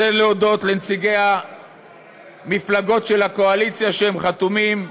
אני רוצה להודות לנציגי המפלגות של הקואליציה שהם חתומים.